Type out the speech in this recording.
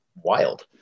wild